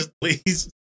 Please